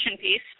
piece